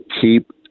keep